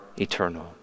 eternal